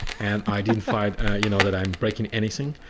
and i didn't find y'know that i'm breaking anything.